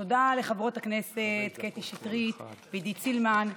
תודה לחברות הכנסת קטי שטרית ועידית סילמן,